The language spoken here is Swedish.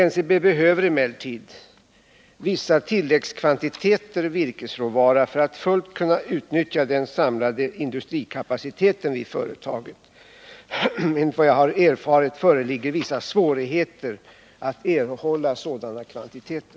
NCB behöver emellertid vissa tilläggskvantiteter virkesråvara för att fullt kunna utnyttja den samlade industrikapaciteten vid företaget. Enligt vad jag erfarit föreligger vissa svårigheter att erhålla sådana kvantiteter.